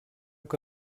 que